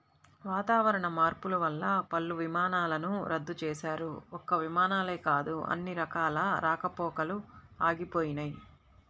వాతావరణ మార్పులు వల్ల పలు విమానాలను రద్దు చేశారు, ఒక్క విమానాలే కాదు అన్ని రకాల రాకపోకలూ ఆగిపోయినయ్